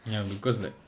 ya because like